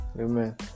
Amen